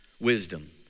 Wisdom